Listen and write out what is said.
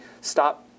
stop